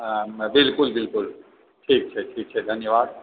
हॅं बिलकुल बिलकुल ठीक छै ठीक छै धन्यवाद